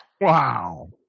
wow